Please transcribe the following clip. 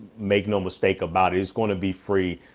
make no mistake about it. it's going to be free,